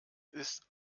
ist